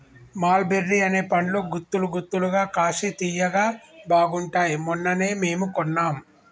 మల్ బెర్రీ అనే పండ్లు గుత్తులు గుత్తులుగా కాశి తియ్యగా బాగుంటాయ్ మొన్ననే మేము కొన్నాం